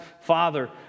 Father